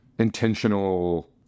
intentional